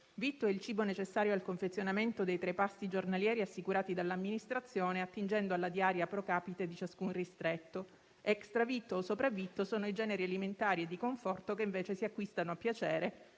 Vitto è il cibo necessario al confezionamento dei tre pasti giornalieri assicurati dall'amministrazione attingendo alla diaria *pro capite* di ciascun ristretto; extravitto o sopravvitto sono i generi alimentari e di conforto che invece si acquistano a piacere,